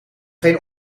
geen